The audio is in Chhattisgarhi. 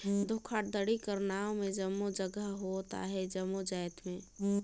धोखाघड़ी कर नांव में जम्मो जगहा होत अहे जम्मो जाएत में